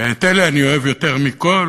ואת אלה אני אוהב יותר מכול,